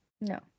No